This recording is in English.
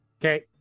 Okay